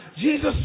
Jesus